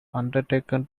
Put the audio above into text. undertaken